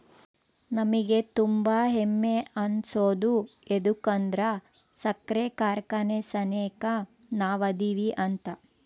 ನಮಿಗೆ ತುಂಬಾ ಹೆಮ್ಮೆ ಅನ್ಸೋದು ಯದುಕಂದ್ರ ಸಕ್ರೆ ಕಾರ್ಖಾನೆ ಸೆನೆಕ ನಾವದಿವಿ ಅಂತ